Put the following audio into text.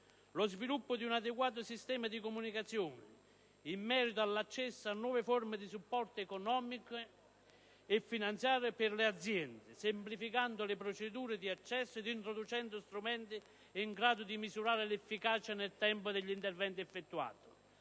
lo sviluppo di un adeguato sistema di comunicazione in merito all'accesso a nuove forme di supporto economico e finanziario per le aziende, semplificando le procedure di accesso ed introducendo strumenti in grado di misurare l'efficacia nel tempo degli interventi effettuati;